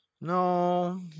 No